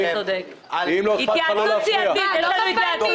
אתה צודק, זה קרקס.